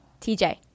TJ